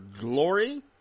glory